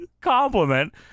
compliment